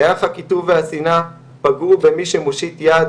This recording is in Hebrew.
היאך הקיטוב והשנאה פגעו במי שמושיט יד